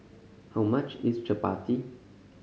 how much is chappati